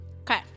Okay